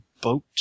boat